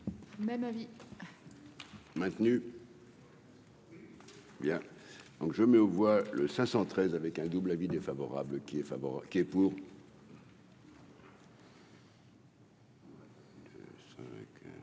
Même avis. Bien donc je mets aux voix le 513 avec un double avis défavorable qui est